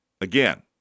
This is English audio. Again